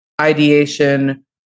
ideation